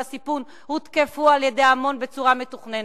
הסיפון הותקפו על-ידי ההמון בצורה מתוכננת.